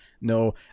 No